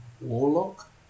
Warlock